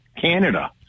Canada